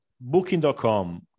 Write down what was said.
booking.com